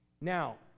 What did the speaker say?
Now